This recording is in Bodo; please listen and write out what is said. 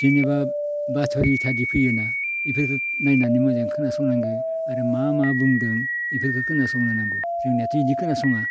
जेनेबा बाथ'रि फैयोना इफोरखो नायनानै मोजाङै खोनासंनांगो आरो मा मा बुंदों इफोरखो खोनासंनो नांगो जोंनियाथ' इदि खोनास'ङा